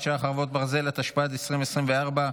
חרבות ברזל), התשפ"ד 2024,